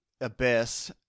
abyss